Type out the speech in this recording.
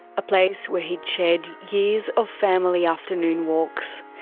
a place where he'd shared years of family afternoon walks.